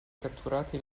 catturate